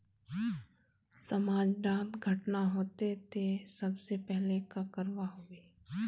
समाज डात घटना होते ते सबसे पहले का करवा होबे?